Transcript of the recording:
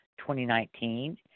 2019